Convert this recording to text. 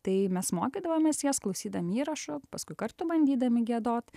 tai mes mokydavomės jas klausydami įrašų paskui kartu bandydami giedot